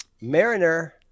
Mariner